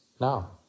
now